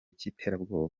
cy’iterabwoba